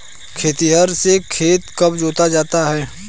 खेतिहर से खेत कब जोता जाता है?